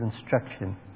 instruction